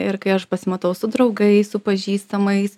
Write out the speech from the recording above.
ir kai aš pasimatau su draugais su pažįstamais